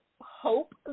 hope